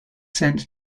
sent